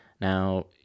Now